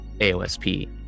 AOSP